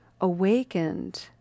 awakened